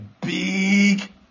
big